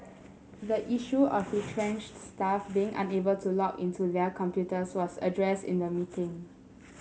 the issue of retrenched staff being unable to log into their computers was addressed in the meeting